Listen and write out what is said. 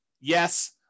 Yes